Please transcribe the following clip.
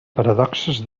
paradoxes